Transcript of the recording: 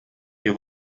wir